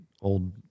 old